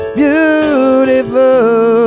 beautiful